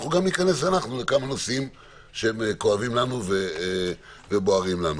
גם ניכנס אנחנו לכמה נושאים שהם כואבים לנו ובוערים לנו.